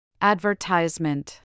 Advertisement